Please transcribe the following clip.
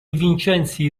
vincenzi